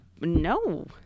No